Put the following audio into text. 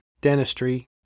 dentistry